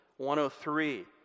103